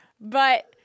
but-